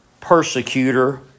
persecutor